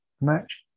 Match